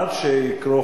עד שיקרו,